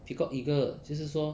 peacock eagle 就是说